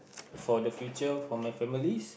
for the future for my families